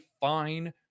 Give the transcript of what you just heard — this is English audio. fine